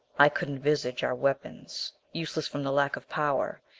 i could envisage our weapons, useless from the lack of power.